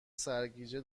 سرگیجه